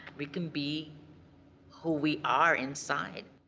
we can be who we are inside.